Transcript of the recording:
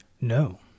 No